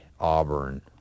Auburn